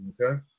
Okay